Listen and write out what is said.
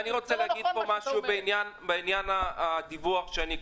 אני רוצה לומר משהו בעניין הדיווח שאני קורא.